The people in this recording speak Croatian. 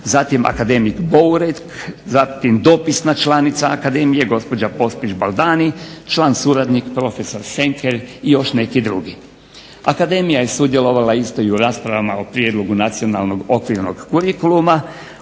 zatim akademik Bouret, zatim dopisna članica akademije gospođa Pospiš Baldani, član suradnik profesor Senker i još neki drugi. Akademija je sudjelovala isto i u raspravama o Prijedlogu nacionalnog okvirnog kurikuluma,